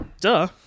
Duh